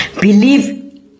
believe